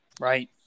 Right